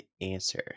answer